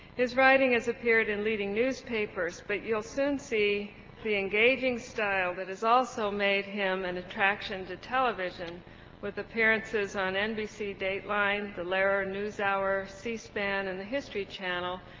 his writing has appeared in leading newspapers but you'll soon see the engaging style that has also made him an and attraction to television with appearances on nbc dateline the lehrer news hour, c-span and the history channel,